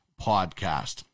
podcast